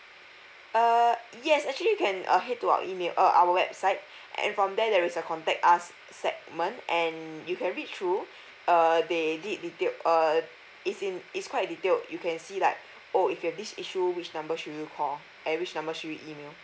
err yes actually you can uh head to our email uh our website and from there there was a contact us segment and you can reach through err they did detail uh it's in it's quite detailed you can see like oh if you have this issue which number should you call at which number should you email